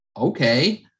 okay